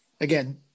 Again